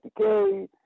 decay